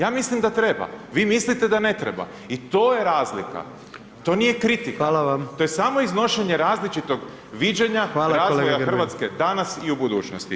Ja mislim da treba, vi mislite da ne treba i to je razlika, to nije kritika, [[Upadica predsjednik: Hvala vam.]] to je samo iznošenje različitog viđenja razvoja Hrvatske danas i u budućnosti.